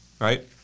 right